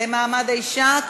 למעמד האישה?